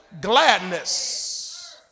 gladness